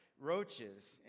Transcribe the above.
roaches